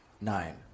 Nine